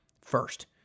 first